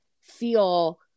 feel